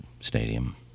stadium